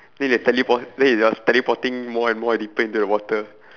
then he like teleport then he just teleporting more and more deeper into the water